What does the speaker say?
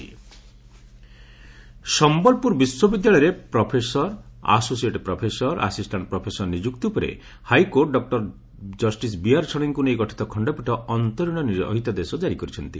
notice ଜାରି ସମ୍ୟଲପୁର ବିଶ୍ୱବିଦ୍ୟାଳୟରେ professor associate professor assistant professor ନିଯୁକ୍ତି ଉପରେ ହାଇକୋର୍ଚ୍ ଡକ୍ଟର ଜଷ୍ଟିସ୍ ବିଆର୍ ଷଡ଼ଙ୍ଗୀଙ୍କୁ ନେଇ ଗଠିତ ଖଖପୀଠ ଅନ୍ତରୀଣ ରହିତାଦେଶ କାରି କରିଛନ୍ତି